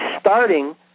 starting